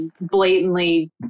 blatantly